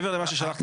מעבר למה ששלחת?